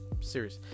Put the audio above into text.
Serious